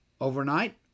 overnight